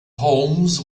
homes